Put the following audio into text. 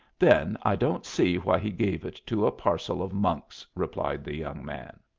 then i don't see why he gave it to a parcel of monks, replied the young man.